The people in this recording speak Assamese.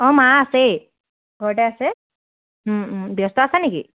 অঁ মা আছেই ঘৰতে আছে ব্যস্ত আছা নেকি